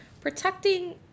protecting